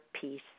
peace